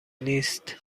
نیست